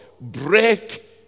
break